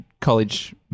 college